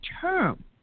term